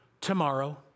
tomorrow